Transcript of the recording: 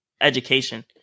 education